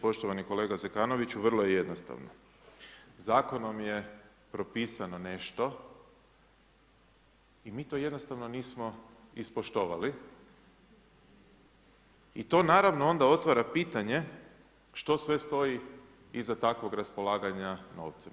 Poštovani kolega Zekanović, vrlo je jednostavno, zakonom je propisano nešto, mi to jednostavno nismo ispoštovali i to naravno onda otvara pitanje što sve stoji iza takvog raspolaganja novcem.